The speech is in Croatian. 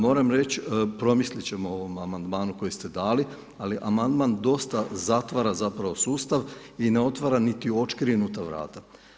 Moram reći, promislit ćemo o ovom amandmanu koji ste dali, ali amandman dosta zatvara zapravo sustav i ne otvara niti odškrinuta vrata.